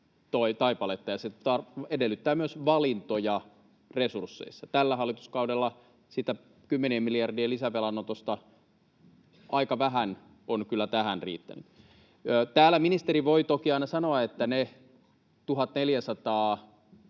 ja se edellyttää myös valintoja resursseissa. Tällä hallituskaudella siitä kymmenien miljardien lisävelanotosta aika vähän on kyllä tähän riittänyt. Täällä ministeri voi toki aina sanoa, että ne 1 400